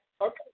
okay